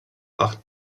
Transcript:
acht